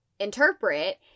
interpret